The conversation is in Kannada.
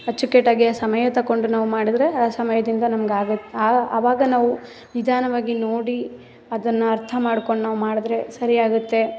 ಅಚ್ಚುಕೆಟ್ಟಾಗಿ ಆ ಸಮಯ ತಗೊಂಡು ನಾವು ಮಾಡಿದ್ರೆ ಆ ಸಮಯದಿಂದ ನಮಗಾಗ ಅವಾಗ ನಾವು ನಿಧಾನವಾಗಿ ನೋಡಿ ಅದನ್ನು ಅರ್ಥ ಮಾಡ್ಕೊಂಡು ನಾವು ಮಾಡಿದ್ರೆ ಸರಿ ಆಗುತ್ತೆ